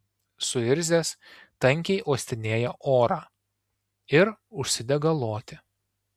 suirzęs tankiai uostinėja orą ir užsidega loti